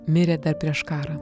mirė dar prieš karą